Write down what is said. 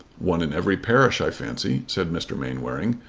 one in every parish, i fancy, said mr. mainwaring,